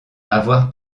avoir